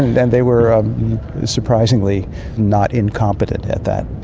and and they were surprisingly not incompetent at that.